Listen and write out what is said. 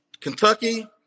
Kentucky